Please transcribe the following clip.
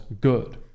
good